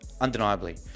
undeniably